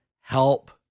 help